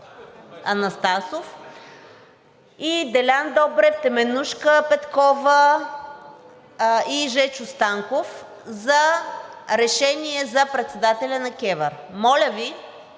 Анастасов, Делян Добрев, Теменужка Петкова и Жечо Станков за решение за председателя на КЕВР. Моля Ви